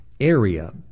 area